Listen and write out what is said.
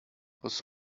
was